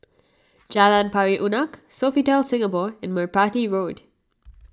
Jalan Pari Unak Sofitel Singapore and Merpati Road